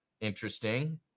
interesting